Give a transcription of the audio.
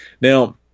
Now